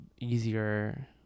easier